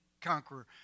conqueror